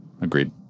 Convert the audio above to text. agreed